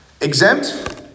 Exempt